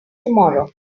tomorrow